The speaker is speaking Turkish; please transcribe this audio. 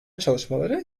çalışmaları